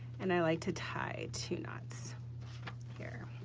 and i like to tie two knots here.